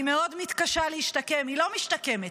היא מאוד מתקשה להשתקם, היא לא משתקמת.